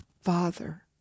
Father